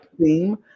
Theme